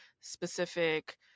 specific